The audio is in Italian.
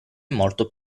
molto